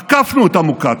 עקפנו את המוקטעה.